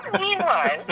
meanwhile